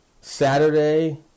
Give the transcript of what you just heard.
Saturday